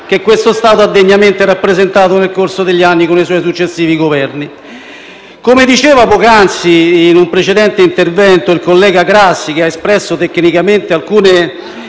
che questo Stato ha degnamente rappresentato nel corso degli anni, con i suoi successivi Governi. Come diceva poc'anzi, in un precedente intervento, il collega Grassi, che ha espresso tecnicamente un